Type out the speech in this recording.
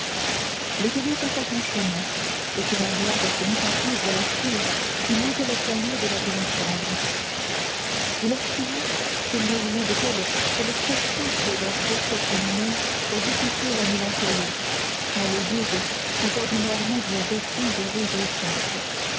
l'écolier passa son chemin et gringoire se mit à suivre la foule qui montait l'escalier de la grand'chambre il estimait qu'il n'est rien de tel que le spectacle d'un procès criminel pour dissiper la mélancolie tant les juges sont ordinairement d'une bêtise réjouissante